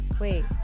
Wait